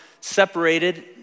separated